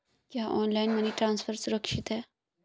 क्या online money transfer सुरक्षित है?